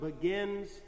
begins